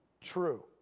true